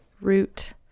root